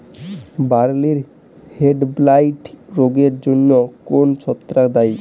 বার্লির হেডব্লাইট রোগের জন্য কোন ছত্রাক দায়ী?